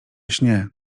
śnię